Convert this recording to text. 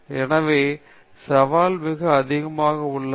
எனவே சவால் மிக அதிகமாக உள்ளது